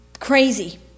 Crazy